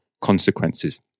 consequences